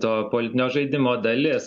to politinio žaidimo dalis